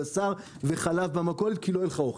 בשר וחלב במכולת כי לא יהיה לך אוכל.